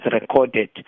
recorded